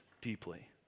deeply